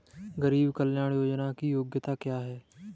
गरीब कल्याण योजना की योग्यता क्या है?